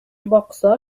бакса